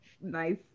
nice